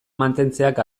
mantentzeak